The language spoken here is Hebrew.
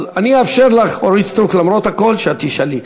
אז אאפשר לך, אורית סטרוק, למרות הכול, לשאול.